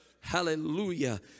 Hallelujah